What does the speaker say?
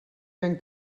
ben